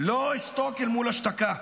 לא אשתוק אל מול השתקה.